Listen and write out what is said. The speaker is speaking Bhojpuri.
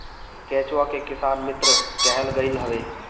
केचुआ के किसान मित्र कहल गईल हवे